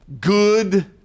good